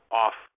off